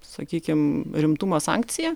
sakykim rimtumo sankcija